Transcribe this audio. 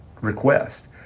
request